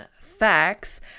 facts